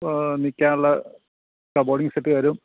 നിൽക്കാനുള്ള ആ boarding set തരും